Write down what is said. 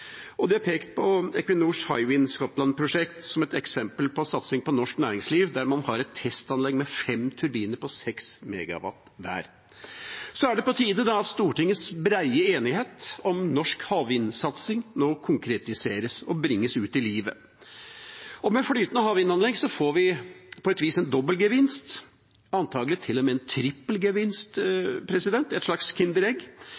allerede. De har pekt på Equinors Hywind Scotland-prosjekt som et eksempel på satsing på norsk næringsliv, der man har et testanlegg med fem turbiner på 6 MW hver. Det er på tide at Stortingets brede enighet om norsk havvindsatsing nå konkretiseres og bringes ut i livet. Med flytende havvindanlegg får vi på et vis en dobbel gevinst – antakelig til og med en trippelgevinst,